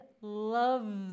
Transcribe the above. love